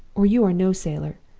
or you are no sailor.